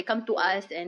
mm